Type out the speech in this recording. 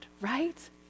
right